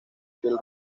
piel